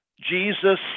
Jesus